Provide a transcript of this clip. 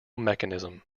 mechanism